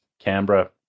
Canberra